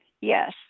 Yes